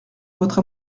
votre